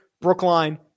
Brookline